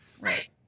Right